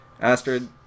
astrid